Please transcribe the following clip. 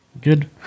Good